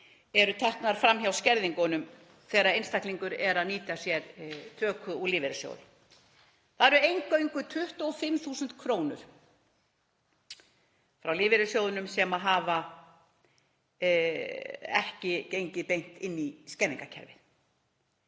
eru teknar fram hjá skerðingunum þegar einstaklingur nýtir sér töku úr lífeyrissjóði. Það eru eingöngu 25.000 kr. frá lífeyrissjóðnum sem ekki hafa gengið beint inn í skerðingarkerfið.